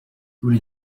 muri